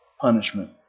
punishment